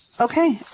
okay.